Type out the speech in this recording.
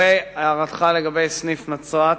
הערתך לגבי סניף נצרת,